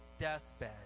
deathbed